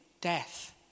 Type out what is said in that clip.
death